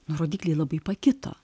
rodikliai labai pakito